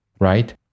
Right